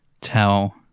tell